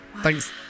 Thanks